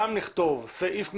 גם לכתוב סעיף מסורבל,